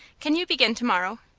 can you begin to-morrow?